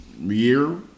year